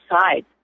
side